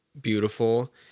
beautiful